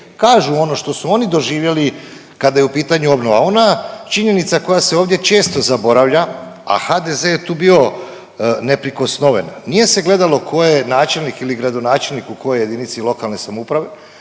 kažu ono što su oni doživjeli kada je u pitanju obnova. Ona činjenica koja se ovdje često zaboravlja, a HDZ je tu bio neprikosnoven. Nije se gledalo tko je načelnik ili gradonačelnik u kojoj jedinici lokalne samouprave,